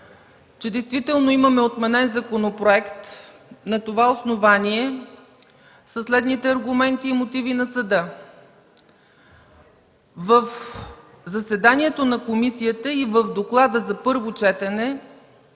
че действително имаме отменен законопроект на това основание със следните аргументи и мотиви на съда. В заседанието на комисията и в доклада за първо четене